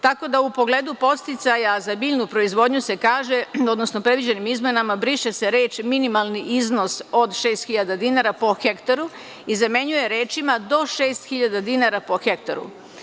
Tako da se u pogledu podsticaja za biljnu proizvodnju kaže, odnosno predviđenim izmenama, briše se reč – minimalni iznos od 6.000 dinara po hektaru i zamenjuje rečima – do 6.000 dinara po hektaru.